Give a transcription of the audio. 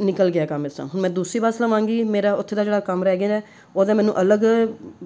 ਨਿਕਲ ਗਿਆ ਕੰਮ ਇਸ ਤਰ੍ਹਾਂ ਹੁਣ ਮੈਂ ਦੂਸਰੀ ਬੱਸ ਲਵਾਂਗੀ ਮੇਰਾ ਉੱਥੇ ਦਾ ਜਿਹੜਾ ਕੰਮ ਰਹਿ ਗਿਆ ਉਹਦਾ ਮੈਨੂੰ ਅਲੱਗ